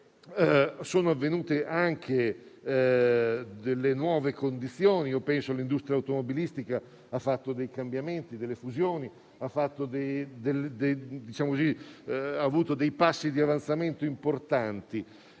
sono venute a crearsi delle nuove condizioni, ad esempio l'industria automobilistica ha fatto dei cambiamenti, delle fusioni, ha fatto dei passi di avanzamento importanti,